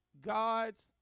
God's